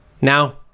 now